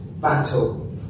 battle